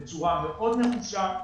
בצורה מאוד נחושה,